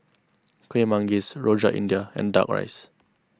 Kueh Manggis Rojak India and Duck Rice